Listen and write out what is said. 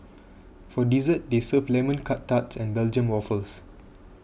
for dessert they serve Lemon Curt Tarts and Belgium Waffles